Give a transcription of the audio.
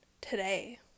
today